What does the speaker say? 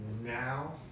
now